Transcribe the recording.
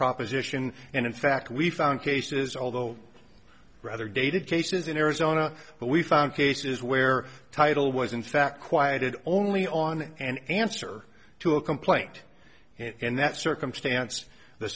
proposition and in fact we found cases although rather dated cases in arizona but we found cases where title was in fact quieted only on an answer to a complaint in that circumstance the